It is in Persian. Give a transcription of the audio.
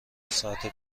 ساعت